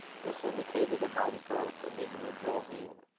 this indicated a mighty growth of individual being.